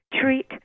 treat